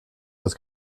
this